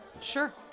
Sure